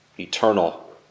eternal